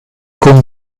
con